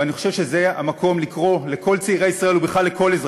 ואני חושב שזה המקום לקרוא לכל צעירי ישראל,